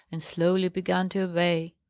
and slowly began to obey.